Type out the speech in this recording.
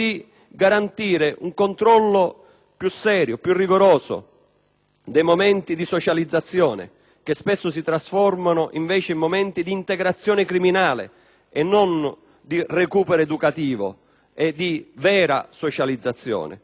più serio, più rigoroso dei momenti di socializzazione, che spesso si trasformano, invece, in momenti di integrazione criminale e non di recupero educativo e di vera socializzazione; così anche la possibilità